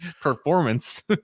performance